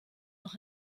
noch